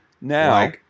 now